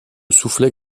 soufflet